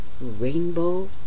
Rainbow